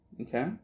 Okay